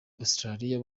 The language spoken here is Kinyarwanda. australia